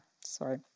sorry